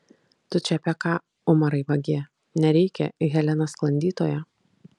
tu čia apie ką umarai vagie nereikia helena sklandytoja